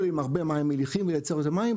עם הרבה מים מליחים ולייצר מזה מים,